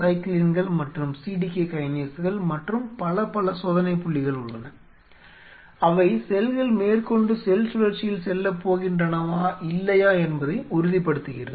சைக்ளின்கள் மற்றும் CDK கைனேஸ்கள் மற்றும் பல பல சோதனைபுள்ளிகள் உள்ளன அவை செல்கள் மேற்கொண்டு செல் சுழற்சியில் செல்லப் போகின்றனவா இல்லையா என்பதை உறுதிப்படுத்துகிறது